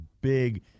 big